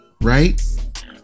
right